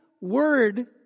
word